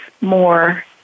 more